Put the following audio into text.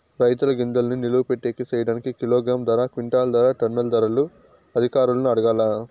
రైతుల గింజల్ని నిలువ పెట్టేకి సేయడానికి కిలోగ్రామ్ ధర, క్వింటాలు ధర, టన్నుల ధరలు అధికారులను అడగాలా?